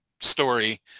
story